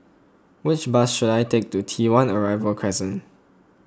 which bus should I take to T one Arrival Crescent